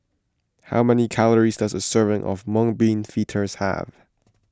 how many calories does a serving of Mung Bean Fritters have